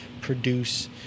produce